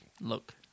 Look